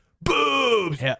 boobs